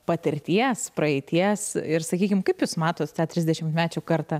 patirties praeities ir sakykim kaip jūs matot tą trisdešimtmečių kartą